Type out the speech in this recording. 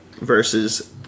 versus